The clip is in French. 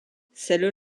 celle